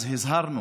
אז הזהרנו